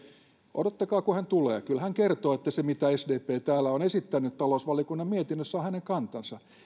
odottakaa kun hän tulee kyllä hän kertoo että se mitä sdp täällä on esittänyt talousvaliokunnan mietinnössä on hänen kantansa